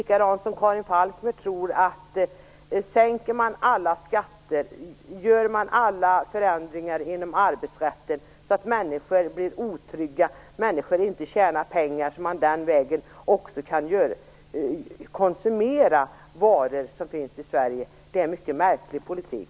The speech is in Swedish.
Karin Falkmer tror att allt blir bra om man sänker alla skatter och gör förändringar inom arbetsrätten så att människor blir otrygga och inte tjänar pengar så att de kan konsumera de varor som finns i Sverige. Det är en mycket märklig politik.